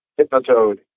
Hypnotoad